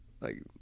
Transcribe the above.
Like-